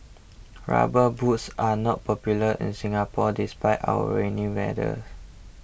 rubber boots are not popular in Singapore despite our rainy weather